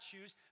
choose